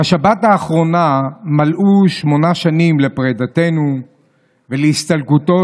בשבת האחרונה מלאו שמונה שנים לפרידתנו ולהסתלקותו